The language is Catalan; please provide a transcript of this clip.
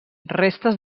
restes